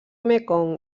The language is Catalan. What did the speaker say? mekong